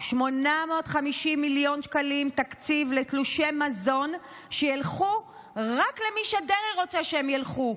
850 מיליון שקלים תקציב לתלושי מזון שילכו רק למי שדרעי רוצה שהם ילכו,